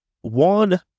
one